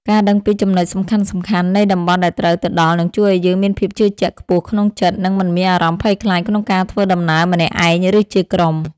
ការដឹងពីចំណុចសំខាន់ៗនៃតំបន់ដែលត្រូវទៅដល់នឹងជួយឱ្យយើងមានភាពជឿជាក់ខ្ពស់ក្នុងចិត្ត និង មិនមានអារម្មណ៍ភ័យខ្លាចក្នុងការធ្វើដំណើរម្នាក់ឯងឬជាក្រុម។